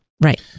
Right